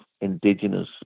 indigenous